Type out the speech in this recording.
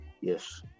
yes